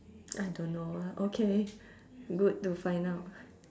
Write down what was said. I don't know ah okay good to find out